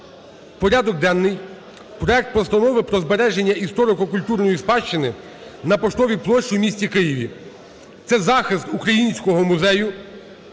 порядок денний проект Постанови про збереження історико-культурної спадщини на Поштовій площі у місті Києві. Це захист українського музею